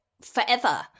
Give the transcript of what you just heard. forever